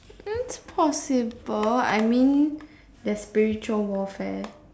it's possible I mean there's spiritual warfare